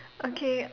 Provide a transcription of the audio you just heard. okay